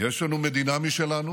יש לנו מדינה משלנו